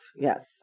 Yes